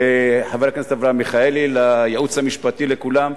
חבר הכנסת אברהם מיכאלי, לייעוץ המשפטי ולכולם.